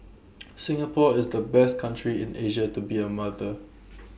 Singapore is the best country in Asia to be A mother